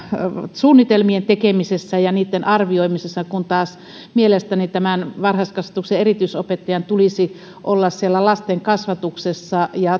suunnitelmien tekemisessä ja niitten arvioimisessa kun taas mielestäni tämän varhaiskasvatuksen erityisopettajan tulisi olla siellä lasten kasvatuksessa ja